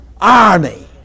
army